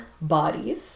bodies